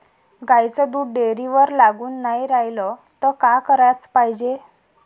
गाईचं दूध डेअरीवर लागून नाई रायलं त का कराच पायजे?